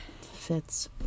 Fits